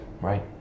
Right